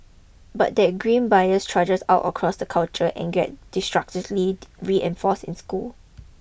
but that grim bias trudges out across the culture and gets disastrously reinforced in schools